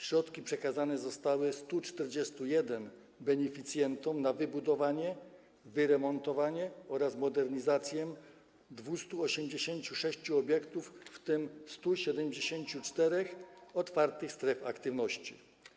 Środki przekazane zostały 141 beneficjentom na wybudowanie, wyremontowanie oraz modernizację 286 obiektów, w tym 174 otwartych stref aktywności.